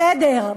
בסדר.